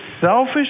selfish